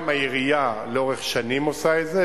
גם העירייה לאורך שנים עושה את זה,